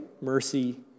mercy